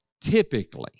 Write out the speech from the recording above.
typically